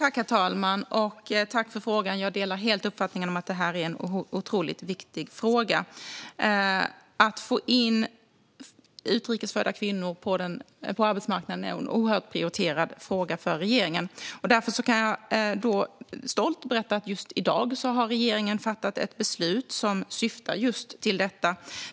Herr talman! Jag tackar för frågan. Jag delar helt uppfattningen att detta är en otroligt viktig fråga. Att få in utrikes födda kvinnor på arbetsmarknaden är en oerhört prioriterad fråga för regeringen. Därför kan jag stolt berätta att regeringen just i dag har fattat ett beslut som syftar just på detta.